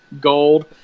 gold